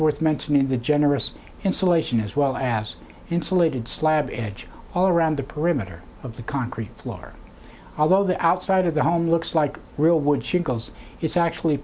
worth mentioning the generous insulation as well as insulated slab edge all around the perimeter of the concrete floor although the outside of the home looks like a real wood shingles it's actually